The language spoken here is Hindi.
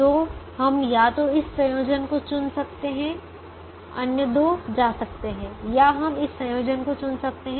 तो हम या तो इस संयोजन को चुन सकते हैं अन्य दो जा सकते हैं या हम इस संयोजन को चुन सकते हैं